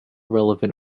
relevant